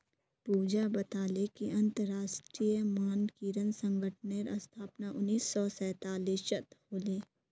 पूजा बताले कि अंतरराष्ट्रीय मानकीकरण संगठनेर स्थापना उन्नीस सौ सैतालीसत होले